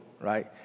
right